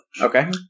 Okay